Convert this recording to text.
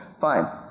Fine